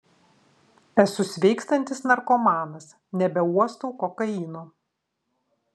esu sveikstantis narkomanas nebeuostau kokaino